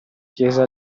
chiese